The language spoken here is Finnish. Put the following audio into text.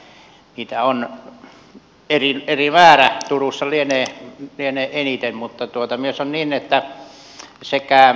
niitä on eri määrä turussa lienee eniten mutta tuota mies on niin että sekään